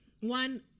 one